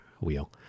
wheel